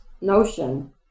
notion